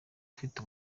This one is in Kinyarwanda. ufite